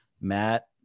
Matt